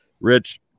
rich